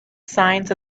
signs